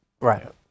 Right